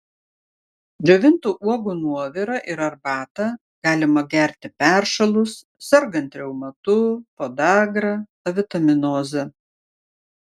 džiovintų uogų nuovirą ir arbatą galima gerti peršalus sergant reumatu podagra avitaminoze